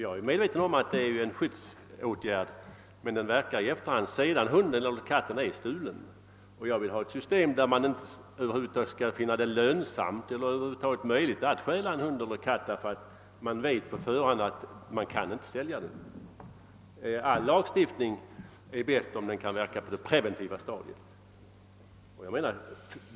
Jag är medveten om att den är en tänkbar skyddsåtgärd, men den verkar först i efterhand när hunden eller katten är stulen. Jag vill ha ett system som gör att man inte skall finna det lönsamt eller över huvud taget möjligt att stjäla en hund eller en katt därför att man i förväg vet att man inte kän sälja den. All lagstiftning är bäst om den verkar på det preventiva stadiet.